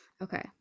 Okay